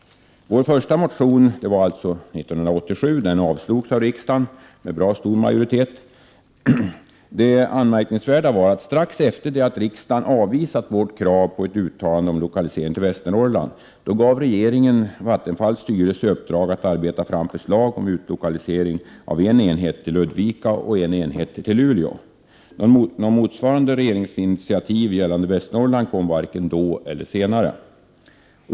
Vår första motion, som avgavs 1987, avslogs av riksdagen med ganska stor majoritet. Men det anmärkningsvärda var att strax efter det att riksdagen avvisat vårt krav på ett uttalande om lokalisering till Västernorrland, gav regeringen Vattenfalls styrelse i uppdrag att arbeta fram förslag om utlokalisering av en enhet till Ludvika och en enhet till Luleå. Något motsvarande regeringsinitiativ gällande Västernorrland kom varken då eller senare.